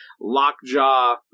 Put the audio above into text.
lockjaw